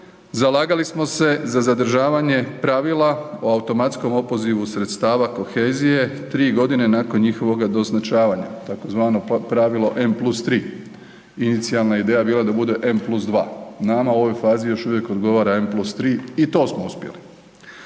zalagali smo se za zadržavanje pravila o automatskom opozivu sredstava kohezije 3.g. nakon njihovoga doznačavanja tzv. pravilo M+3, inicijalna ideja je bila da bude M+2, nama u ovoj fazi još uvijek odgovara M+3 i to smo uspjeli.